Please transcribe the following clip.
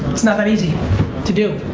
it's not that easy to do,